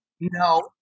No